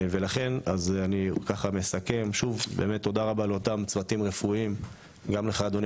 אז אני מסכם שוב באמת תודה רבה לאותם צוותים רפואיים וגם לך אדוני